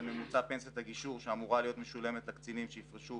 ממוצע פנסיית הגישור שאמורה להיות משולמת לקצינים שיפרשו